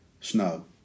Snow